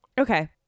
okay